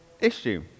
issue